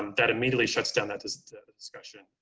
um that immediately shuts down that discussion.